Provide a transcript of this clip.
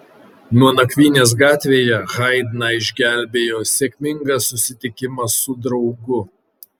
nuo nakvynės gatvėje haidną išgelbėjo sėkmingas susitikimas su draugu